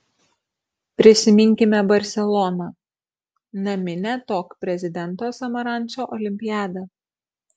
prisiminkime barseloną naminę tok prezidento samarančo olimpiadą